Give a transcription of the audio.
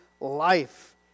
life